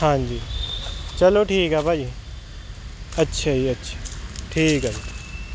ਹਾਂਜੀ ਚਲੋ ਠੀਕ ਆ ਭਾਅ ਜੀ ਅੱਛਾ ਜੀ ਅੱਛਾ ਠੀਕ ਹੈ ਜੀ